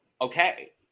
okay